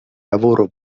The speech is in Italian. lavoro